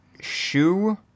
shoe